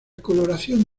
coloración